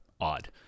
odd